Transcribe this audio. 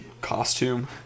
costume